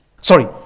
Sorry